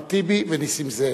אחמד טיבי ונסים זאב.